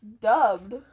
dubbed